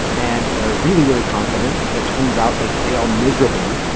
and they're really, really confident, and it turns out they fail miserably,